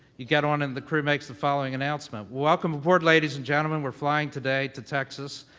you get on, and the crew makes the following announcement, welcome aboard, ladies and gentlemen. we're flying today to texas,